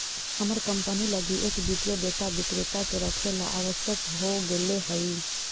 हमर कंपनी लगी एक वित्तीय डेटा विक्रेता के रखेला आवश्यक हो गेले हइ